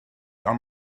ond